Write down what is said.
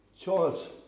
Charles